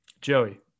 Joey